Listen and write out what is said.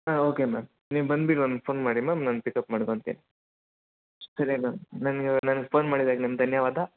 ಹಾಂ okay ma'am ನೀವು ಬಂದ್ಬಿಟ್ಟು ಒಂದು ಫೋನ್ ಮಾಡಿ ಮ್ಯಾಮ್ ನಾನು ಪಿಕ್ ಅಪ್ ಮಾಡ್ಕೊಂತೀನಿ ಸರಿ ಮ್ಯಾಮ್ ನನ್ಗೆ ನನ್ಗೆ ಫೋನ್ ಮಾಡಿದಕ್ಕೆ ನಿಮ್ಗೆ ಧನ್ಯವಾದ